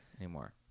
anymore